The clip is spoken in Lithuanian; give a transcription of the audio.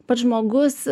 pats žmogus